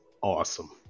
awesome